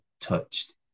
touched